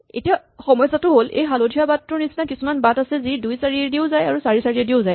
এতিয়া সমস্যাটো হ'ল এই হালধীয়া বাটটোৰ নিচিনা কিছুমান বাট আছে যি ২ ৪ ৰে দিও যায় আৰু ৪ ৪ এ দিও যায়